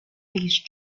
these